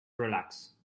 relax